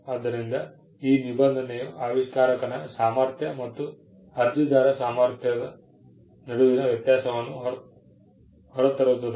ಆದ್ದರಿಂದ ಈ ನಿಬಂಧನೆಯು ಆವಿಷ್ಕಾರಕನ ಸಾಮರ್ಥ್ಯ ಮತ್ತು ಅರ್ಜಿದಾರರ ಸಾಮರ್ಥ್ಯದ ನಡುವಿನ ವ್ಯತ್ಯಾಸವನ್ನು ಹೊರತರುತ್ತದೆ